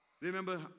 Remember